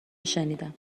شنیدم